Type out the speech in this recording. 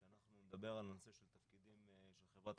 כאשר מדובר בהליכים משפטיים,